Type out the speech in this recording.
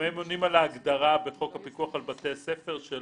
אם הם עונים על ההגדרה בחוק הפיקוח על בתי ספר של